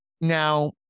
Now